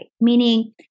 Meaning